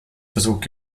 versucht